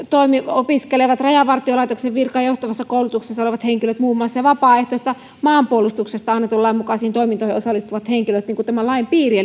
opiskelevat rajavartiolaitoksen virkaan johtavassa koulutuksessa olevat henkilöt ja vapaaehtoisesta maanpuolustuksesta annetun lain mukaisiin toimintoihin osallistuvat henkilöt tämän lain piiriin